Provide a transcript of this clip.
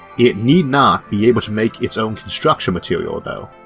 it need not be able to make its own construction material though.